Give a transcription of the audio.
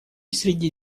среди